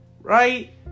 right